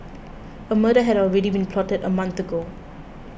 a murder had already been plotted a month ago